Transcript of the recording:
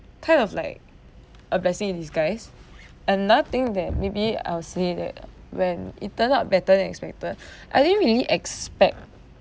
kind of like a blessing in disguise and another thing that maybe I'll say that when it turned out better than expected I didn't really expect